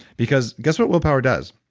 because guess what willpower does?